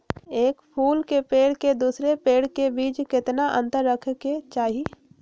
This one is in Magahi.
एक फुल के पेड़ के दूसरे पेड़ के बीज केतना अंतर रखके चाहि?